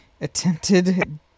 attempted